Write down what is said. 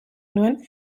nuen